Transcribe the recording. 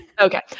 Okay